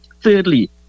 Thirdly